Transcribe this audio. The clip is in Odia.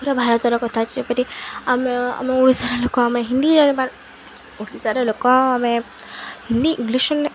ପୁରା ଭାରତର କଥା ଯେପରି ଆମେ ଆମ ଓଡ଼ିଶାର ଲୋକ ଆମେ ହିନ୍ଦୀ ଓଡ଼ିଶାର ଲୋକ ଆମେ ହିନ୍ଦୀ ଇଂଲିଶ